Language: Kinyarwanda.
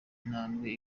intambwe